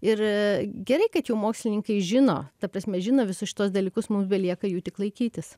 ir gerai kad jau mokslininkai žino ta prasme žino visus šituos dalykus mum belieka jų tik laikytis